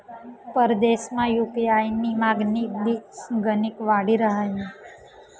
परदेसमा यु.पी.आय नी मागणी दिसगणिक वाडी रहायनी